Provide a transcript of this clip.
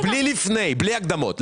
בלי לפני, בלי הקדמות.